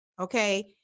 okay